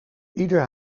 ieder